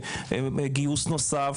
גיוס נוסף.